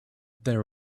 there